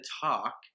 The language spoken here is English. talk